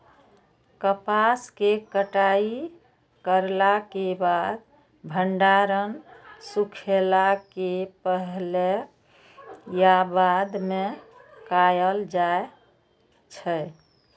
कपास के कटाई करला के बाद भंडारण सुखेला के पहले या बाद में कायल जाय छै?